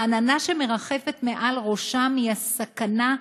העננה שמרחפת מעל ראשם היא הסכנה,